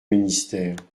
ministère